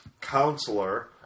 counselor